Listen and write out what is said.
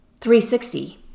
360